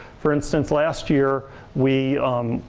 for instance, last year we